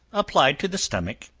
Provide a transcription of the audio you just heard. applied to the stomach,